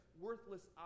worthless